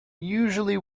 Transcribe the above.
usually